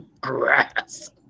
Grass